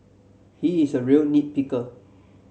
he is a real nit picker